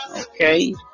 okay